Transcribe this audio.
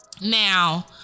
Now